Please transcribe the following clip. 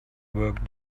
work